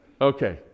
okay